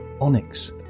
onyx